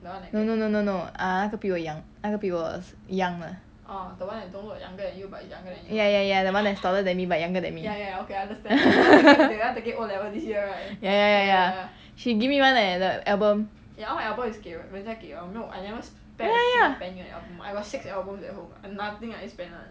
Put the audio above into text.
no no no no no ah 那个比我 young 的那个比我 young 的 ya ya ya the one that's taller than me but younger than me ya ya ya ya she give me [one] leh that album ya ya ya